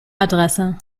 adresse